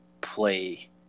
play